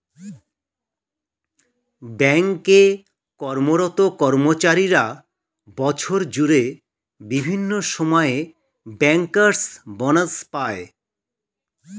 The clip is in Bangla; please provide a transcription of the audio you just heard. ব্যাঙ্ক এ কর্মরত কর্মচারীরা বছর জুড়ে বিভিন্ন সময়ে ব্যাংকার্স বনাস পায়